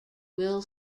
will